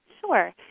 Sure